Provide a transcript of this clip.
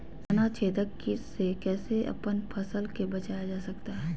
तनाछेदक किट से कैसे अपन फसल के बचाया जा सकता हैं?